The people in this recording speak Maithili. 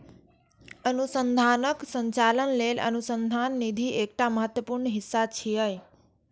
अनुसंधानक संचालन लेल अनुसंधान निधि एकटा महत्वपूर्ण हिस्सा छियै